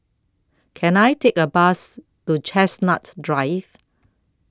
Can I Take A Bus to Chestnut Drive